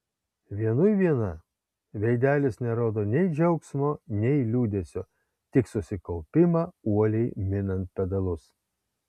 vienui viena veidelis nerodo nei džiaugsmo nei liūdesio tik susikaupimą uoliai minant pedalus